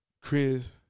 Chris